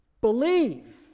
Believe